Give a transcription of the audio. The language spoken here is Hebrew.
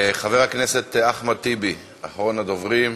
חבר הכנסת אחמד טיבי, אחרון הדוברים,